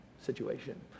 situation